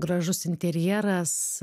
gražus interjeras